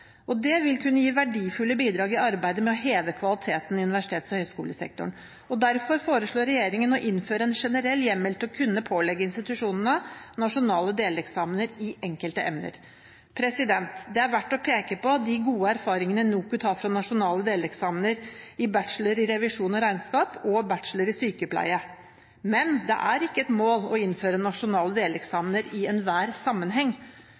studietilbudet. Det vil kunne gi verdifulle bidrag i arbeidet med å heve kvaliteten i universitets- og høyskolesektoren. Derfor foreslår regjeringen å innføre en generell hjemmel til å kunne pålegge institusjonene nasjonale deleksamener i enkelte emner. Det er verdt å peke på de gode erfaringene NOKUT har fra nasjonale deleksamener i bachelor i revisjon og regnskap og bachelor i sykepleie, men det er ikke et mål å innføre nasjonale deleksamener i enhver sammenheng.